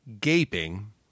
gaping